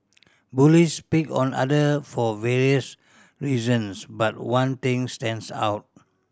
bullies pick on other for various reasons but one thing stands out